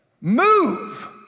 move